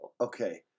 Okay